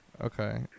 Okay